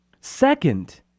Second